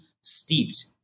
steeped